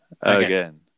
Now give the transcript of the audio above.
again